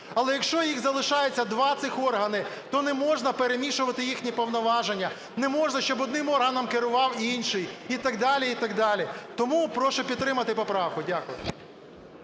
Але якщо їх залишається два цих органи, то не можна перемішувати їхні повноваження, не можна, щоб одним органом керував інший і так далі, і так далі. Тому прошу підтримати поправку. Дякую.